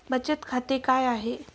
बचत खाते काय आहे?